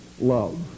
love